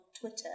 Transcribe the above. Twitter